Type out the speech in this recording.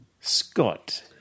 Scott